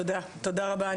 תודה רבה.